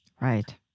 Right